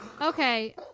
Okay